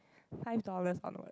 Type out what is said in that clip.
five dollars onward